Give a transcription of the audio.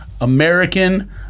American